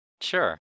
sure